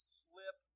slip